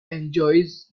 enjoys